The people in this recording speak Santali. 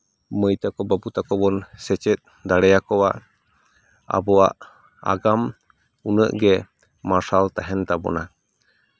ᱢᱟᱹᱭ ᱛᱟᱠᱚ ᱵᱟᱹᱵᱩ ᱛᱟᱠᱚ ᱵᱚᱱ ᱥᱮᱪᱮᱫ ᱫᱟᱲᱮᱭᱟᱠᱚᱣᱟ ᱟᱵᱚᱣᱟᱜ ᱟᱜᱟᱢ ᱩᱱᱟᱹᱜ ᱜᱮ ᱢᱟᱨᱥᱟᱞ ᱛᱟᱦᱮᱱ ᱛᱟᱵᱚᱱᱟ